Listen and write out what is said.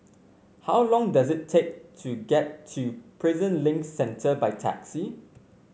how long does it take to get to Prison Link Centre by taxi